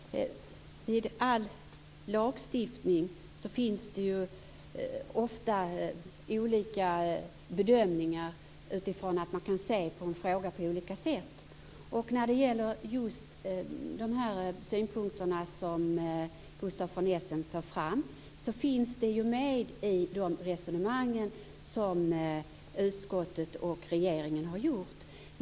Fru talman! Vid all lagstiftning finns det olika bedömningar utifrån att man kan se på en fråga på olika sätt. Just de synpunkter som Gustaf von Essen för fram finns med i de resonemang som utskottet och regeringen har fört.